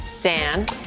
Dan